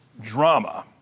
drama